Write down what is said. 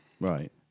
Right